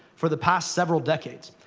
for the past several decades.